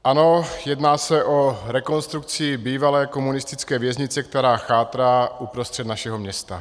Ano, jedná se o rekonstrukci bývalé komunistické věznice, která chátrá uprostřed našeho města.